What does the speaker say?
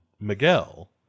miguel